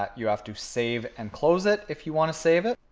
ah you have to save and close it if you want to save it.